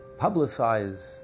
publicize